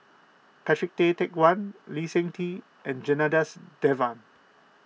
Patrick Tay Teck Guan Lee Seng Tee and Janadas Devan